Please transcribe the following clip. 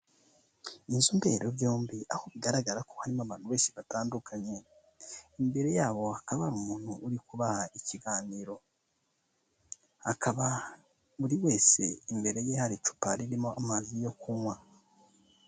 Inzu mberabyombi aho bigaragara ko harimo abantu benshi batandukanye, imbere yabo hakaba hari umuntu uri kubaha ikiganiro, hakaba buri wese imbere ye hari icupa ririmo amazi yo kunywa.